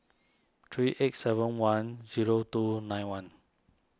three eight seven one zero two nine one